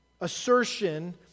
assertion